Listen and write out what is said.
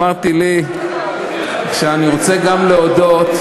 אמרתי לי שאני רוצה גם להודות,